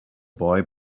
boy